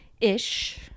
ish